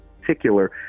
particular